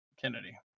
Kennedy